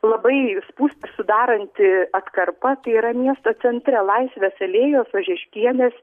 labai spūstį sudaranti atkarpa tai yra miesto centre laisvės alėjos ožeškienės